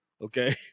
Okay